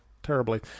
terribly